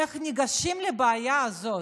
איך ניגשים לבעיה הזאת,